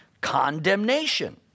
condemnation